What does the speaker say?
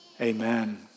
amen